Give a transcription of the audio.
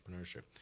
entrepreneurship